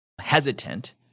hesitant